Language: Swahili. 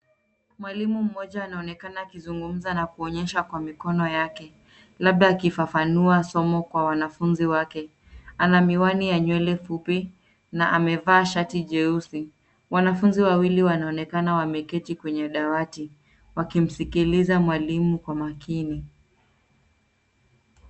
Mwalimu mmoja anaonekana akizungumza na kuonyesha kwa mikono yake. Labda akifafanua somo kwa wanafunzi wake. Ana miwani ya nywele fupi, na amevaa shati jeusi. Wanafunzi wawili wanaonekana wameketi kwenye dawati, wakimsikiliza mwalimu kwa makini.